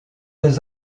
des